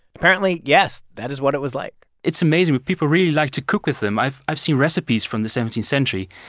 apparently, yes, that is what it was like it's amazing, but people really liked to cook with them. i've i've seen recipes from the seventeenth century,